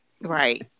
right